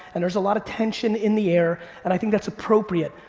and there's a lot of tension in the air, and i think that's appropriate.